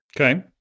Okay